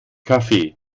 café